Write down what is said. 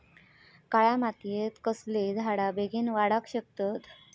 काळ्या मातयेत कसले झाडा बेगीन वाडाक शकतत?